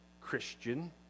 Christian